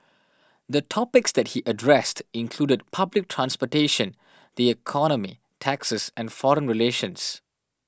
the topics that he addressed included public transportation the economy taxes and foreign relations